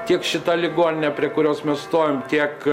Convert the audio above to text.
tiek šita ligoninė prie kurios mes stovim tiek